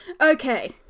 Okay